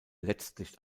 letztlich